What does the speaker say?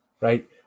right